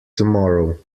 tomorrow